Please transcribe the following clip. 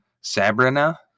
Sabrina